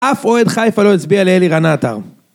אף אוהד חיפה לא הצביע לאלירן עטר.